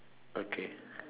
okay